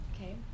Okay